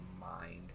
mind